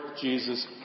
Jesus